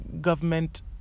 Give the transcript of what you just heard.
government